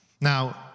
Now